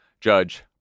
Judge